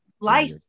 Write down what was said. life